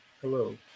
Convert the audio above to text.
Hello